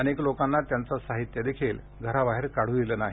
अनेक लोकांना त्याचं साहित्य देखील घराबाहेर काढू दिले नाही